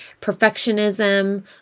perfectionism